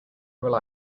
rely